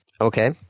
Okay